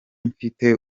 mfite